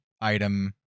item